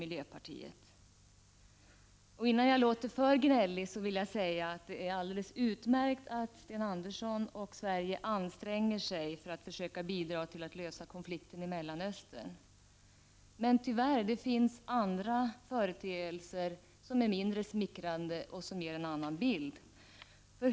Innan jag låter för gnällig vill jag säga att det är alldeles utmärkt att Sten Andersson och därmed Sverige anstränger sig för att försöka lösa konflikten i Mellanöstern. Tyvärr finns det andra företeelser som är mindre smickrande och som ger en annan bild.